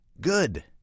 good